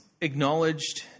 acknowledged